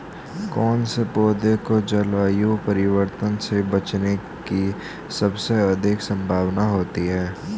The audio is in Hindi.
कौन से पौधे को जलवायु परिवर्तन से बचने की सबसे अधिक संभावना होती है?